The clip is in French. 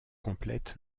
complète